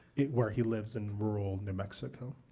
where he lives in rural new mexico.